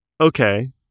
okay